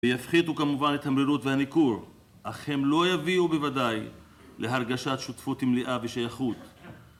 ויפחיתו כמובן את המרירות והניכור, אך הם לא יביאו בוודאי להרגשת שותפות מלאה ושייכות.